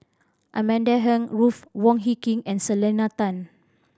Amanda Heng Ruth Wong Hie King and Selena Tan